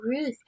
Ruth